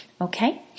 Okay